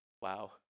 Wow